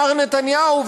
מר נתניהו,